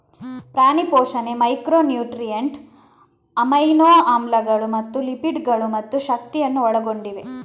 ಪ್ರಾಣಿ ಪೋಷಣೆ macronutrient, amino ಆಮ್ಲಗಳು ಮತ್ತು ಲಿಪಿಡ್ ಗಳು ಮತ್ತು ಶಕ್ತಿಯನ್ನು ಒಳಗೊಂಡಿವೆ